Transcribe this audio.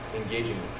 engaging